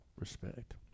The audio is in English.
respect